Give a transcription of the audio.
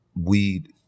weed